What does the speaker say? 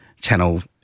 channel